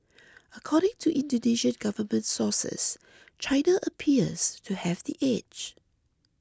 according to Indonesian government sources China appears to have the edge